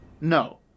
no